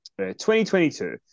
2022